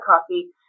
coffee